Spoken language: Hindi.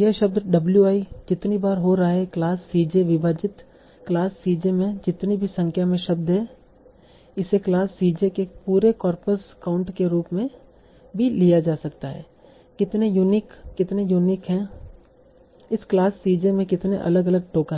यह शब्द w i जितनी बार हो रहा है क्लास c j विभाजित क्लास c j में जितने भी संख्या में शब्द है इसे क्लास c j के पूरे कॉर्पस काउंट के रूप में भी लिया जा सकता है कितने यूनिक कितने यूनिक नहीं हैं इस क्लास c j में कितने अलग अलग टोकन हैं